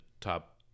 top